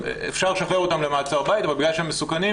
אפשר לשחרר אותם למעצר בית אבל בגלל שהם מסוכנים,